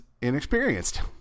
inexperienced